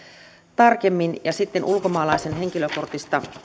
tarkemmin ja sitten ulkomaalaisen henkilökortista